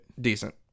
decent